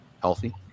healthy